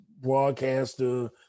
broadcaster